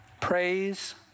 Praise